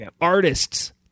artists